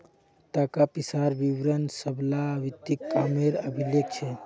ताका पिसार विवरण सब ला वित्तिय कामेर अभिलेख छे